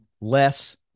less